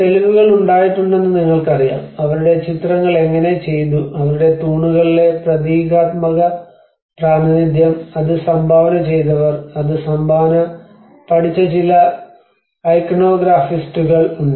തെളിവുകൾ ഉണ്ടായിട്ടുണ്ടെന്ന് നിങ്ങൾക്കറിയാം അവരുടെ ചിത്രങ്ങൾ എങ്ങനെ ചെയ്തു അവരുടെ തൂണുകളിലെ പ്രതീകാത്മക പ്രാതിനിധ്യം അത് സംഭാവന ചെയ്തവർ അത് സംഭാവന പഠിച്ച ചില ഐക്കണോഗ്രാഫിസ്റ്റുകൾ ഉണ്ട്